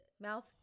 mouth